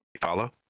follow